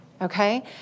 okay